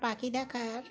পাখি দেখার